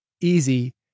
easy